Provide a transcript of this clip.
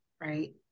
right